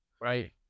right